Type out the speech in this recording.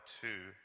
two